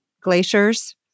glaciers